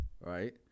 right